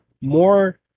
more